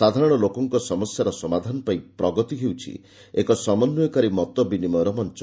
ସାଧାରଣ ଲୋକଙ୍କ ସମସ୍ୟାର ସମାଧାନ ପାଇଁ ପ୍ରଗତି ହେଉଛି ଏକ ସମନ୍ୱୟକାରୀ ମତବିନିମୟର ମଞ୍ଚ